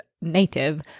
native